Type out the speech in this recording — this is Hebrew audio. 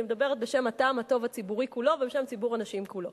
אני מדברת בשם הטעם הטוב הציבורי כולו ובשם ציבור הנשים כולו.